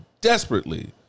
desperately